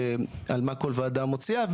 על מה כל ועדה מוציאה.